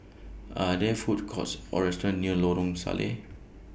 Are There Food Courts Or restaurants near Lorong Salleh